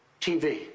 TV